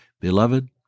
Beloved